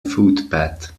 footpath